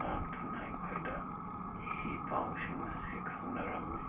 ꯂꯥꯛꯇꯅ ꯑꯩꯈꯣꯏꯗ ꯏꯄꯥꯎꯁꯤꯡ ꯑꯁꯤ ꯈꯪꯅꯔꯝꯏ